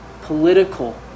political